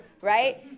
right